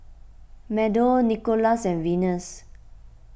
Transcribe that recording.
Meadow Nikolas and Venus